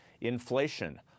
inflation